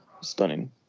stunning